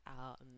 out